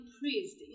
priest